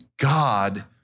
God